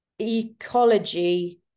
ecology